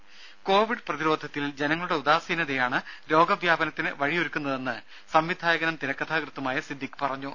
ദേദ കോവിഡ് പ്രതിരോധത്തിൽ ജനങ്ങളുടെ ഉദാസീനതയാണ് രോഗവ്യാപനത്തിന് വഴിയൊരുക്കുന്നതെന്ന് സംവിധായകനും തിരക്കഥാകൃത്തുമായ സിദ്ദിഖ് പറഞ്ഞു